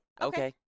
Okay